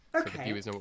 Okay